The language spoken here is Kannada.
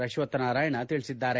ಅಶ್ವತ್ತನಾರಾಯಣ ತಿಳಿಸಿದ್ದಾರೆ